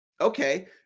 Okay